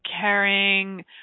caring